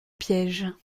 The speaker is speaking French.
piège